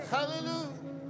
Hallelujah